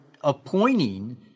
appointing